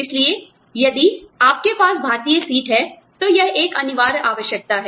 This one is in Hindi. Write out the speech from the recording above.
इसलिए यदि आपके पास भारतीय सीट है तो यह एक अनिवार्य आवश्यकता है